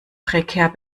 prekär